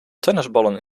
tennisballen